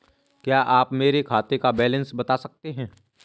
क्या आप मेरे खाते का बैलेंस बता सकते हैं?